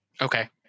Okay